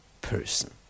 person